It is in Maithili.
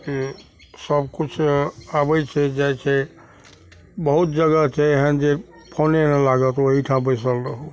से सबकिछु आबै छै जाइ छै बहुत जगह छै एहन जे फोने नहि लागत ओहीठाम बैसल रहू